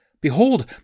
Behold